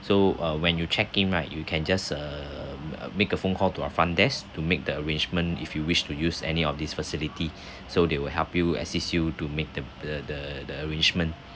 so uh when you check in right you can just err uh make a phone call to our front desk to make the arrangements if you wish to use any of these facility so they will help you assist you to make the the the the arrangement